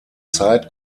zeit